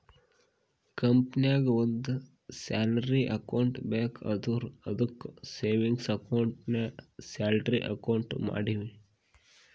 ಕಂಪನಿನಾಗ್ ಒಂದ್ salary account ಬೇಕ್ ಅಂದುರ್ ಅದ್ದುಕ್ ಸೇವಿಂಗ್ಸ್ ಅಕೌಂಟ್ಗೆ ಸ್ಯಾಲರಿ ಅಕೌಂಟ್ ಮಾಡಿನಿ